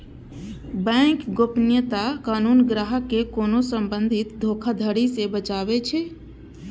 bank गोपनीयता कानून ग्राहक कें कोनो संभावित धोखाधड़ी सं बचाबै छै